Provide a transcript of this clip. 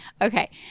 okay